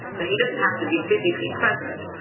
so he doesn't have to be physically present,